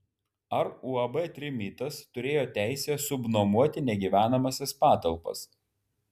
ar uab trimitas turėjo teisę subnuomoti negyvenamąsias patalpas